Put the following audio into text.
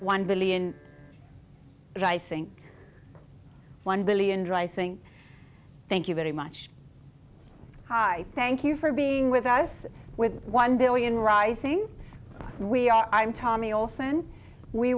one billion rising one billion rising thank you very much hi thank you for being with us with one billion rising we are i'm tommy olsen we